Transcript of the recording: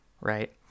right